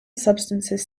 substances